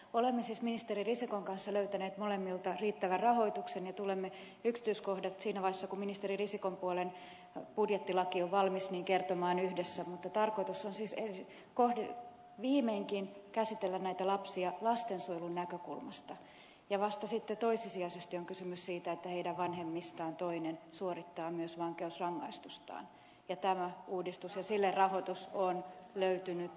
olemme siis ministeri risikon kanssa löytäneet molemmilta riittävän rahoituksen ja tulemme yksityiskohdat siinä vaiheessa kun ministeri risikon puolen budjettilaki on valmis kertomaan yhdessä mutta tarkoitus on siis viimeinkin käsitellä näitä lapsia lastensuojelun näkökulmasta ja vasta sitten toissijaisesti on kysymys siitä että heidän vanhemmistaan toinen suorittaa myös vankeusrangaistustaan ja tämä uudistus ja sille rahoitus on löytynyt nyt